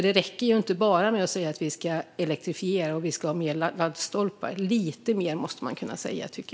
Det räcker inte med att bara säga att vi ska elektrifiera och ha fler laddstolpar. Jag tycker att man måste kunna säga lite mer.